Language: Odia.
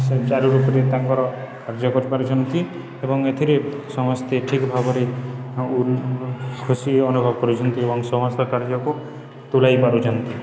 ସୁଚାରୁ ରୂପରେ ତାଙ୍କର କାର୍ଯ୍ୟ କରିପାରୁଛନ୍ତି ଏବଂ ଏଥିରେ ସମସ୍ତେ ଠିକ୍ ଭାବରେ ଖୁସି ଅନୁଭବ କରୁଛନ୍ତି ଏବଂ ସମସ୍ତ କାର୍ଯ୍ୟକୁ ତୁଲାଇ ପାରୁଛନ୍ତି